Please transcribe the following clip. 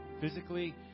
physically